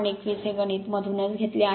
21 हे गणित मधूनच घेतले आहे